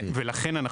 ולכן,